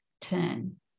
turn